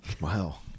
Wow